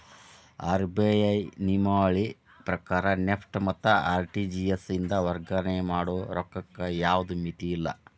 RBI ನಿಯಮಾವಳಿ ಪ್ರಕಾರ NEFT ಮತ್ತ ಆರ್.ಟಿ.ಜಿ.ಎಸ್ ಇಂದ ವರ್ಗಾವಣೆ ಮಾಡ ರೊಕ್ಕಕ್ಕ ಯಾವ್ದ್ ಮಿತಿಯಿಲ್ಲ